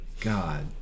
god